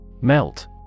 Melt